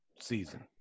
season